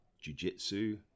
jiu-jitsu